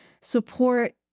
support